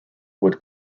would